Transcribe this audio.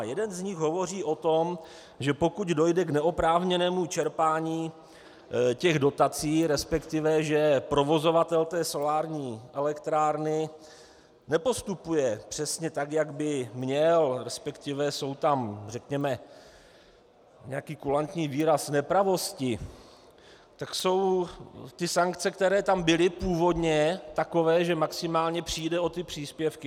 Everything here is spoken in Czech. Jeden z nich hovoří o tom, že pokud dojde k neoprávněnému čerpání dotací, resp. že provozovatel solární elektrárny nepostupuje přesně tak, jak by měl, resp. jsou tam řekněme nějaký kulantní výraz nepravosti, tak jsou ty sankce, které tam byly původně, takové, že maximálně přijde o ty příspěvky.